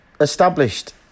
Established